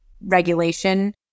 regulation